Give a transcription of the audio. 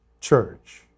Church